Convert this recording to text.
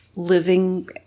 living